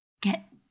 get